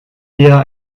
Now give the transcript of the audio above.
eher